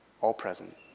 all-present